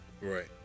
right